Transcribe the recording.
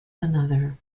another